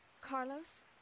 Carlos